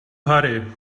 hurry